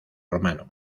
romano